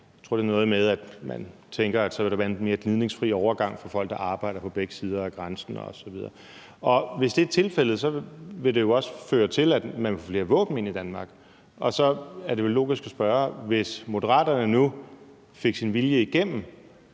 Jeg tror, det er noget med, at man tænker, at så vil der være en mere gnidningsfri overgang for folk, der arbejder på begge sider af grænsen osv. Og hvis det er tilfældet, vil det jo også føre til, at man vil få flere våben ind i Danmark, og så er det jo logisk at spørge: Hvis Moderaterne nu fik deres vilje igennem,